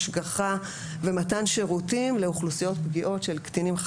השגחה ומתן שירותים לאוכלוסיות פגיעות של קטינים,